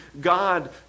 God